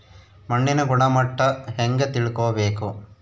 ಮಣ್ಣಿನ ಗುಣಮಟ್ಟ ಹೆಂಗೆ ತಿಳ್ಕೊಬೇಕು?